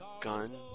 gun